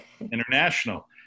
international